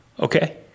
Okay